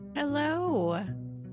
Hello